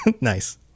nice